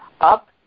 up